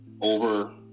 over